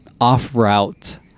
off-route